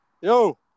Yo